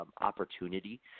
opportunity